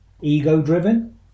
ego-driven